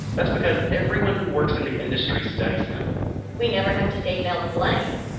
that's because everyone who works in the industry studies him we never have to say mel blanc.